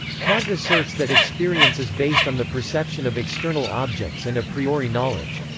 kant asserts that experience is based on the perception of external objects and a priori knowledge.